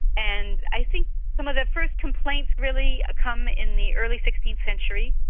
and i think some of the first complaints really come in the early sixteenth century.